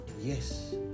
yes